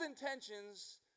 intentions